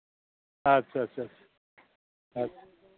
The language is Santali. ᱟᱪᱪᱷᱟ ᱟᱪᱪᱷᱟ ᱟᱪᱪᱷᱟ